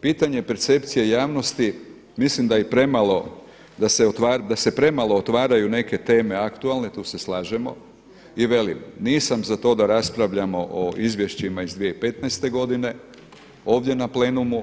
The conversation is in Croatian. Pitanje percepcije javnosti mislim da se premalo otvaraju neke teme aktualne, tu se slažemo i velim nisam za to da raspravljamo o izvješćima iz 2015. godine ovdje na plenumu